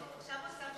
בשבת.